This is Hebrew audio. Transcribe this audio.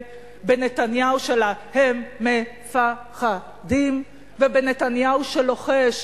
בנתניהו של ה"הם מ-פ-ח-ד-י-ם" ובנתניהו הלוחש